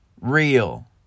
real